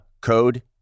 code